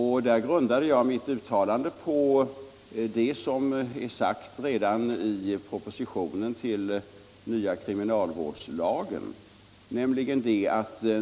Jag grundade mitt uttalande på det som redan är sagt i propositionen till nya kriminalvårdslagen.